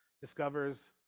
discovers